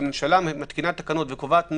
כשממשלה מתקינה תקנות וקובעת נורמות,